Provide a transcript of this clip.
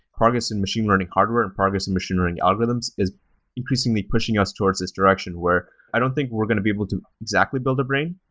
progress in machine learning hardware, and progress in machine learning algorithms is increasingly pushing us towards this direction where i don't think we're going to be able to exactly build a brain,